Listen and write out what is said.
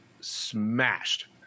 smashed